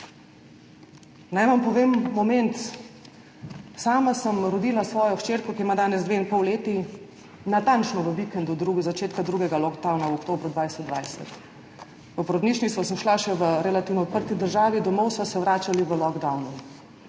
Naj vam povem moment, sama sem rodila svojo hčerko, ki ima danes dve leti in pol, natančno za vikend začetka drugega lockdowna v oktobru 2020. V porodnišnico sem šla še v relativno odprti državi, domov sva se vračali v lockdownu.